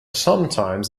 sometimes